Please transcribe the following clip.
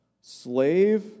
slave